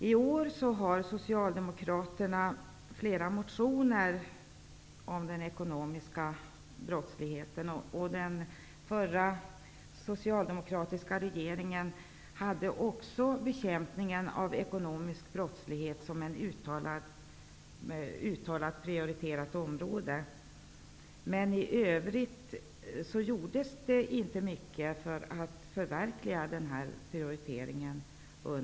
I år har Socialdemokraterna väckt flera motioner om den ekonomiska brottsligheten. Den förra socialdemokratiska regeringen hade också bekämpningen av den ekonomiska brottsligheten som ett uttalat prioriterat område. Men i övrigt gjorde man under Socialdemokraternas tid inte mycket för att förverkliga den prioriteringen.